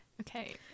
Okay